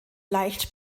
leicht